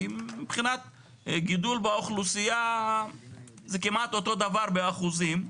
כי מבחינת גידול באוכלוסייה זה כמעט אותו דבר באחוזים,